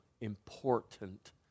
important